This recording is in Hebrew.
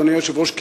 אדוני היושב-ראש,